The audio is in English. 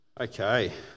Okay